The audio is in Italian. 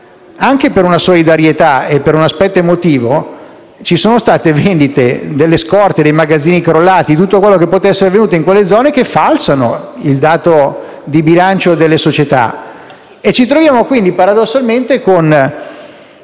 anche grazie alla solidarietà e all' aspetto emotivo, vi sono state vendite delle scorte dei magazzini crollati e di tutto ciò che poteva esserci in quelle zone, che falsano il dato di bilancio delle società. Ci troviamo, quindi, paradossalmente con